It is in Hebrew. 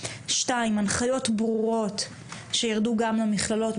הנחיות ברורות שירדו גם למכללות,